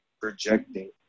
projecting